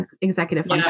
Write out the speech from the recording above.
executive